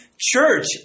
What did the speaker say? Church